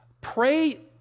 pray